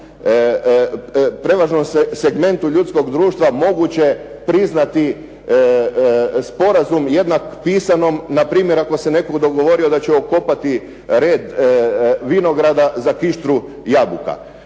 prevažnom segmentu ljudskog društva moguće priznati sporazum jednak pisanom npr. ako se netko dogovorio da će okopati red vinograda za kištru jabuka.